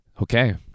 okay